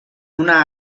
una